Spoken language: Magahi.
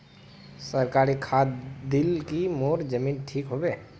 सरकारी खाद दिल की मोर जमीन ठीक होबे?